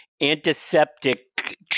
antiseptic